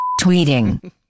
tweeting